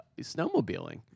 snowmobiling